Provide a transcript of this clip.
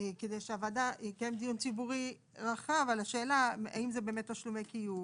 כדי שהוועדה תקיים דיון ציבורי רחב על השאלה האם זה באמת תשלומי קיום,